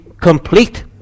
complete